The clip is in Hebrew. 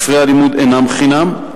ספרי הלימוד אינם חינם,